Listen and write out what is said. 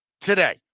today